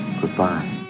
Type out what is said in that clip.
Goodbye